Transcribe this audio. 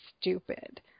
stupid